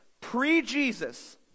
Pre-Jesus